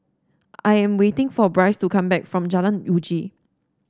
I am waiting for Brice to come back from Jalan Uji